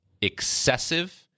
excessive